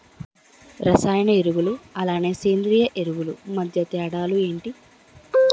రసాయన ఎరువులు అలానే సేంద్రీయ ఎరువులు మధ్య తేడాలు ఏంటి?